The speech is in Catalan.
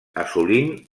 assolint